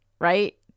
Right